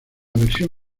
versión